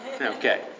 Okay